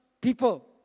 people